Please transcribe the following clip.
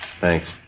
Thanks